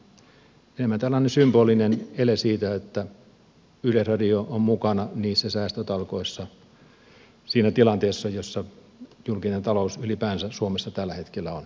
tämä on enemmän tällainen symbolinen ele siitä että yleisradio on mukana niissä säästötalkoissa siinä tilanteessa jossa julkinen talous ylipäänsä suomessa tällä hetkellä on